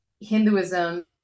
Hinduism